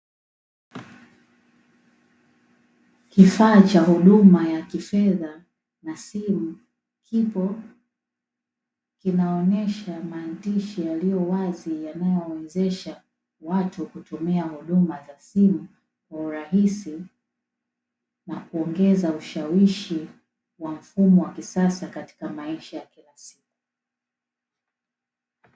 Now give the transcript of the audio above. Kifaa cha huduma ya kifedha na simu kipo kinaonyesha maandishi yaliyo wazi yanaowezesha watu kutumia huduma za simu kwa urahisi na kuongeza ushawishi wa mfumo wa kisasa katika maisha ya kila siku.